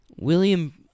William